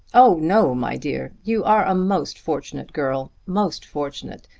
oh no, my dear! you are a most fortunate girl most fortunate!